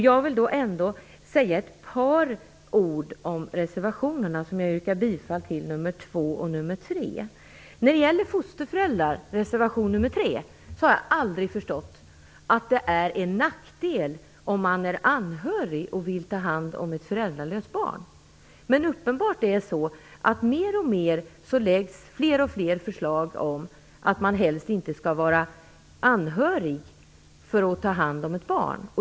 Jag vill ändå säga något om reservationerna 2 och 3, vilka jag yrkar bifall till. När det gäller reservation 3 om fosterföräldrar har jag aldrig förstått att det är en nackdel om man är anhörig och vill ta hand om ett föräldralöst barn. Men uppenbarligen läggs det fram fler och fler förslag om att man helst inte skall vara anhörig för att ta hand om ett barn.